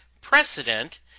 precedent